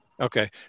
Okay